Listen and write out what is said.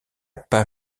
pas